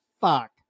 fuck